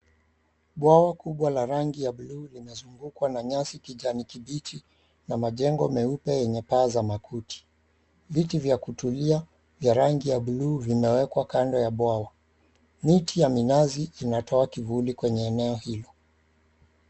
Bwawa kubwa la rangi ya buluu linazungukwa na nyasi kijani kibichi na majengo meupe yenye paa za makuti. Viti vya kutulia vya rangi ya buluu vimewekwa kando ya bwawa. Miti ya minazi inatoa kivuli kwenye eneo hilo.